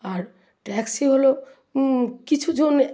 আর taxi হলো কিছু জনে